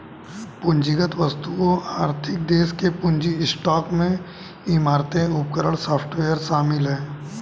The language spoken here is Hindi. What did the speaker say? पूंजीगत वस्तुओं आर्थिक देश के पूंजी स्टॉक में इमारतें उपकरण सॉफ्टवेयर शामिल हैं